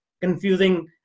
confusing